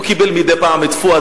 הוא קיבל מדי פעם את פואד,